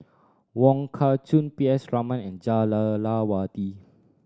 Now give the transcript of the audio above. Wong Kah Chun P S Raman and Jah Lelawati